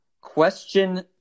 Question